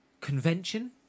convention